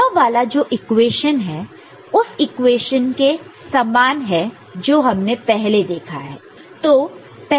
यह वाला जो इक्वेशन है उस इक्वेशन के समान है जो हमने पहले देखा है